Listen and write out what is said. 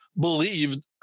believed